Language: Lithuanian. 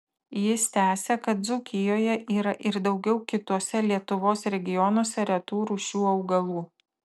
jis tęsia kad dzūkijoje yra ir daugiau kituose lietuvos regionuose retų rūšių augalų